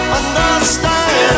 understand